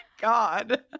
God